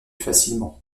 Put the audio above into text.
facilement